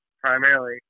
primarily